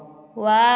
wow